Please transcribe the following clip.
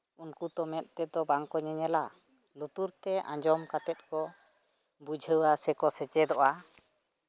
ᱩᱱᱠᱩ ᱛᱚ ᱢᱮᱫ ᱛᱮᱛᱚ ᱵᱟᱝᱠᱚ ᱧᱮᱞᱚᱜᱼᱟ ᱞᱩᱛᱩᱨ ᱛᱮ ᱟᱸᱡᱚᱢ ᱠᱟᱛᱮ ᱠᱚ ᱵᱩᱡᱷᱟᱹᱣᱟ ᱥᱮᱠᱚ ᱥᱮᱪᱮᱫᱚᱜᱼᱟ